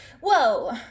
Whoa